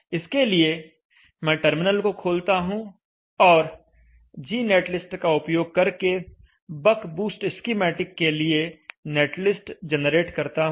इसके लिए मैं टर्मिनल को खोलता हूं और gnetlist का उपयोग करके बक बूस्ट स्कीमेटिक के लिए नेटलिस्ट जनरेट करता हूं